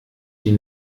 die